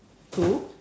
to